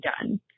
done